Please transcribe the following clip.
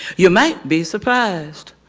you might be surprised.